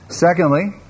Secondly